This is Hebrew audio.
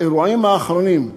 האירועים האחרונים,